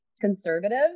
conservative